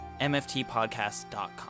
mftpodcast.com